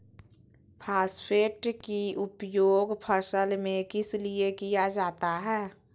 Phosphate की उपयोग फसल में किस लिए किया जाता है?